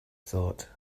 thought